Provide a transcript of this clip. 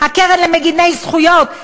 הקרן למגיני זכויות,